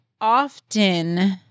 often